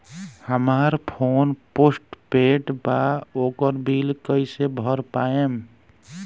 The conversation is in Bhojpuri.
हमार फोन पोस्ट पेंड़ बा ओकर बिल कईसे भर पाएम?